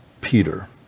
Peter